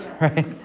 right